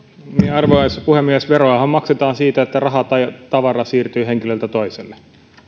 arvoisa puhemies veroahan maksetaan siitä että raha tai tavara siirtyy henkilöltä toiselle